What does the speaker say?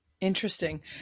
Interesting